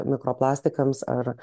mikro plastikams ar